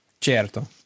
Certo